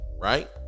right